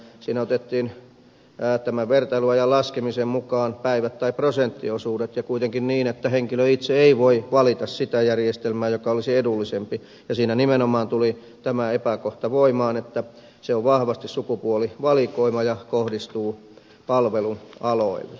siinä otettiin vertailuajan laskemiseen mukaan päivät tai prosenttiosuudet ja kuitenkin niin että henkilö itse ei voi valita sitä järjestelmää joka olisi edullisempi ja siinä nimenomaan tuli tämä epäkohta voimaan että se on vahvasti sukupuolivalikoiva ja kohdistuu palvelualoille